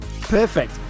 Perfect